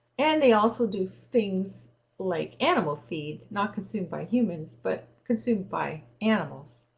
and they also do things like animal feed not consumed by humans but consumed by animals.